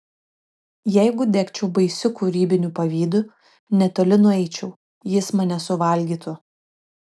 jeigu degčiau baisiu kūrybiniu pavydu netoli nueičiau jis mane suvalgytų